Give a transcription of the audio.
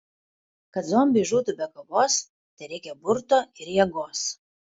kad zombiai žūtų be kovos tereikia burto ir jėgos